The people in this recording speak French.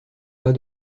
pas